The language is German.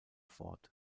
fort